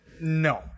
No